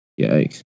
Yikes